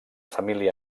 família